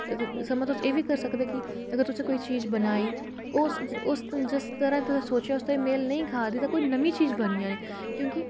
ते सगुआं तुस एह्बी करी सकदे की अगर तुसें कोई चीज बनाई ओह् जिस तरह सोचेआ ते ओह् उस तरह मेल नेईं खा दी ते कोई नमीं चीज बनी जानी क्योंकि